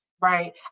right